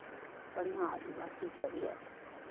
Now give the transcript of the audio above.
बढ़िआँ आदिवासीसभ यए